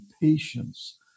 patience